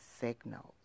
signals